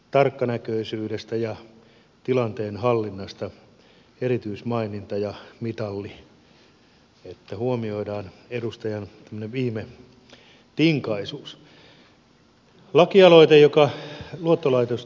tarkkanäköisyydestä ja tilanteen hallinnasta erityismaininta ja mitali että huomioidaan edustajan tämmöinen viimetinkaisuus